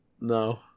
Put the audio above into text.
No